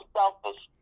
selfish